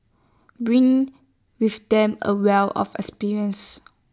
bring with them A wealth of experience